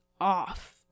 off